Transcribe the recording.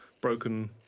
broken